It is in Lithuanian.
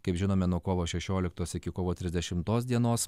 kaip žinome nuo kovo šešioliktos iki kovo trisdešimtos dienos